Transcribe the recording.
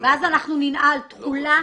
ואז אנחנו ננעל את הסיפור הזה,